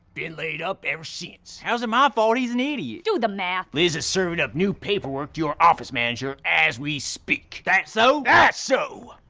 and laid up ever since. how is it my fault he's an idiot? do the math! liz is serving up new paperwork to your office manager as we speak. that so? that's so!